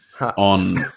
on